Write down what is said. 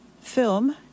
film